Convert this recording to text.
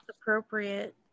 appropriate